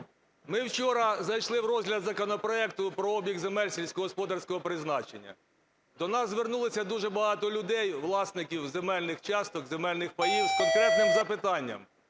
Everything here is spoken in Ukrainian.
Ми вчора зайшли в розгляд законопроекту про обіг земель сільськогосподарського призначення. До нас звернулося дуже багато людей - власників земельних часток і земельних паїв з конкретним запитанням.